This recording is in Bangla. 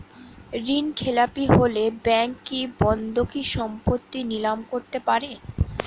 ঋণখেলাপি হলে ব্যাঙ্ক কি বন্ধকি সম্পত্তি নিলাম করতে পারে?